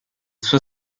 suo